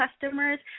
customers